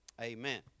amen